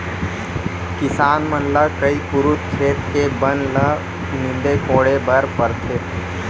किसान मन ल कई पुरूत खेत के बन ल नींदे कोड़े बर परथे